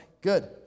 good